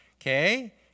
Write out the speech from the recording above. okay